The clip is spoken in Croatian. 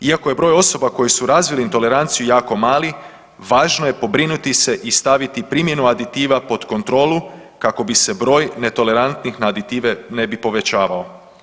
Iako je broj osoba koji su razvili intoleranciju jako mali važno je pobrinuti se i staviti primjenu aditiva pod kontrolu kako bi se broj netolerantnih na aditive ne bi povećavao.